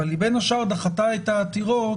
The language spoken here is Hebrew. היא בין השאר דחתה את העתירות